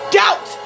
doubt